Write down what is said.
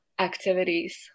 activities